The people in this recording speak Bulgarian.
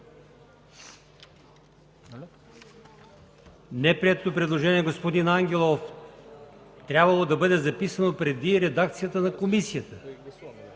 Неприетото предложение на господин Ангелов е трябвало да бъде записано преди редакцията на комисията.